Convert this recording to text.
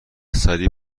سریع